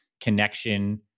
connection